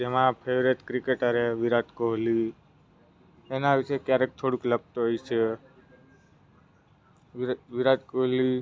તેમાં favourite cricketer છે વિરાટ કોહલી એના વિશે ક્યારેક થોડુંક લખતો હોય છે વીર વિરાટ કોહલી